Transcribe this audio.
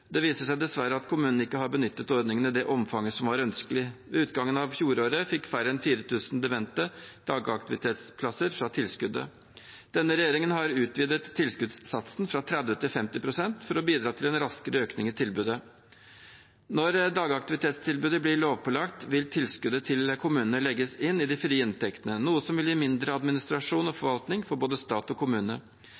Det viser seg dessverre at kommunene ikke har benyttet ordningene i det omfanget som var ønskelig. Ved utgangen av fjoråret fikk færre enn 4 000 demente dagaktivitetsplasser fra tilskuddet. Denne regjeringen har utvidet tilskuddssatsen fra 30 pst. til 50 pst. for å bidra til en raskere økning i tilbudet. Når dagaktivitetstilbudet blir lovpålagt, vil tilskuddet til kommunene legges inn i de frie inntektene, noe som vil gi mindre administrasjon og forvaltning for